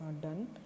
done